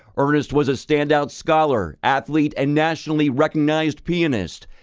earnest was a standout scholar, athlete and nationally recognized pianist.